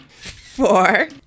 Four